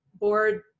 board